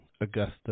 Augusta